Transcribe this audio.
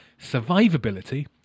survivability